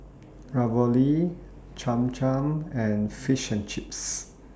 Ravioli Cham Cham and Fish and Chips